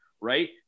right